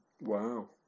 Wow